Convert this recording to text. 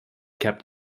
kept